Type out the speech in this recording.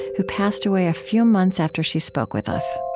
who passed away a few months after she spoke with us